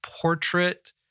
portrait